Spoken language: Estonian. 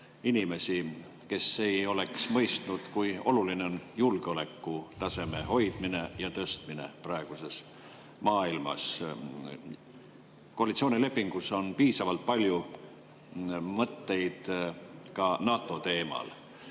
inimesi, kes ei oleks mõistnud, kui oluline on julgeolekutaseme hoidmine ja tõstmine praeguses maailmas. Koalitsioonilepingus on piisavalt palju mõtteid ka NATO teemal.